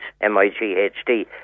M-I-G-H-D